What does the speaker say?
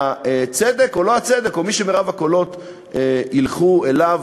והצדק או לא הצדק או מי שרוב הקולות ילכו אליו,